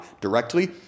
directly